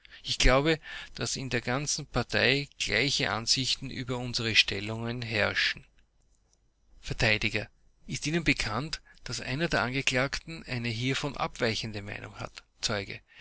ich glaube daß in der ganzen partei gleiche ansichten über unsere stellung herrschen vert ist ihnen bekannt daß einer der angeklagten eine hiervon abweichende meinung gehabt hat zeuge